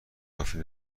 کافی